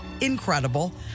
incredible